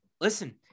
listen